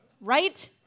Right